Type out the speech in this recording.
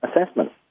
assessment